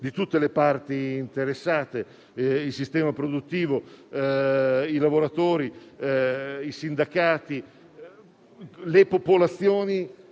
di tutte le parti interessate: il sistema produttivo, i lavoratori, i sindacati e le popolazioni